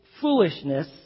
foolishness